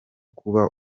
kuba